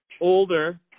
older